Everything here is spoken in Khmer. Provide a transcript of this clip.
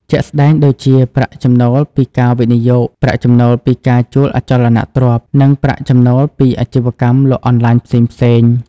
ជាក់ស្ដែងដូចជា ប្រាក់ចំណូលពីការវិនិយោគ ប្រាក់ចំណូលពីការជួលអចលនទ្រព្យ និងប្រាក់ចំណូលពីអាជីវកម្មលក់អនឡាញផ្សេងៗ។